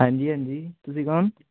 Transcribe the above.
ਹਾਂਜੀ ਹਾਂਜੀ ਤੁਸੀਂ ਕੋਣ